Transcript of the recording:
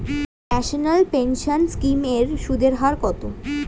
National pension scheme এর সুদের হার কত?